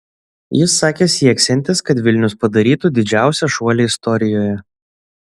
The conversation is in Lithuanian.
jis sakė sieksiantis kad vilnius padarytų didžiausią šuolį istorijoje